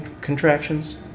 contractions